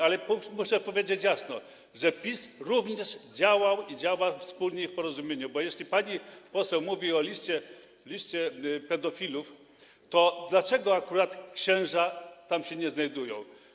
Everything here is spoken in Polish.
Ale muszę powiedzieć jasno, że PiS również działał i działa wspólnie i w porozumieniu, bo jeśli pani poseł mówi o liście pedofilów, to dlaczego akurat księża tam się nie znajdują?